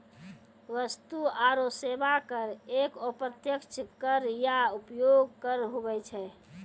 वस्तु आरो सेवा कर एक अप्रत्यक्ष कर या उपभोग कर हुवै छै